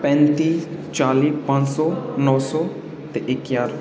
पैंती चाली पजं सौ नौ सौ ते इक ज्हार